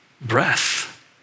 breath